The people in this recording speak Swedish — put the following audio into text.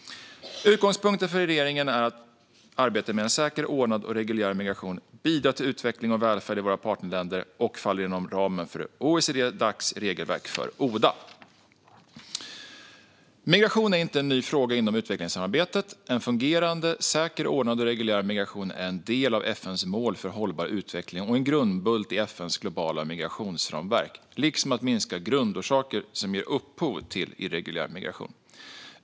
Utgångspunkten för regeringen är att arbetet med en säker, ordnad och reguljär migration bidrar till utveckling och välfärd i våra partnerländer och faller inom ramen för OECD-Dacs regelverk för ODA. Migration är inte en ny fråga inom utvecklingssamarbetet. En fungerande säker, ordnad och reguljär migration är en del av FN:s mål för hållbar utveckling och en grundbult i FN:s globala migrationsramverk, att minska grundorsaker som ger upphov till irreguljär migration likaså.